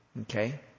Okay